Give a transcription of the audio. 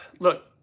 Look